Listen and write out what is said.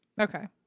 Okay